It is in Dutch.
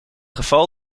geval